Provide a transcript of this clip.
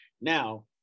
Now